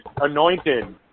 anointed